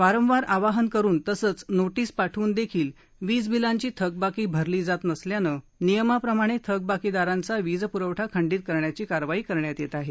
वारंवार आवाहन करून तसंच नोटीस पाठवून देखील वीजबिलांची थकबाकी भरली जात नसल्यानं नियमाप्रमाणे थकबाकीदारांचा वीजप्रवठा खंडित करण्याची कारवाई करण्यात येत आहे